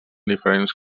diferents